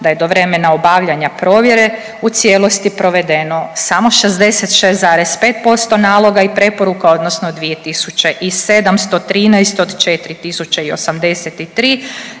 da je do vremena obavljanja provjere u cijelosti provedeno samo 66,5% naloga i preporuka odnosno 2.713 od 4.083.